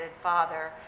father